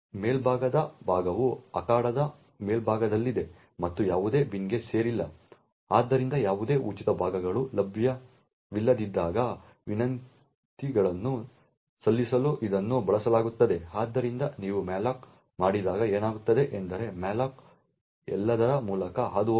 ಮೇಲ್ಭಾಗದ ಭಾಗವು ಅಖಾಡದ ಮೇಲ್ಭಾಗದಲ್ಲಿದೆ ಮತ್ತು ಯಾವುದೇ ಬಿನ್ಗೆ ಸೇರಿಲ್ಲ ಆದ್ದರಿಂದ ಯಾವುದೇ ಉಚಿತ ಭಾಗಗಳು ಲಭ್ಯವಿಲ್ಲದಿದ್ದಾಗ ವಿನಂತಿಗಳನ್ನು ಸಲ್ಲಿಸಲು ಇದನ್ನು ಬಳಸಲಾಗುತ್ತದೆ ಆದ್ದರಿಂದ ನೀವು ಮ್ಯಾಲೋಕ್ ಮಾಡಿದಾಗ ಏನಾಗುತ್ತದೆ ಎಂದರೆ ಮ್ಯಾಲೋಕ್ ಎಲ್ಲದರ ಮೂಲಕ ಹಾದುಹೋಗುತ್ತದೆ